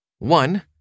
One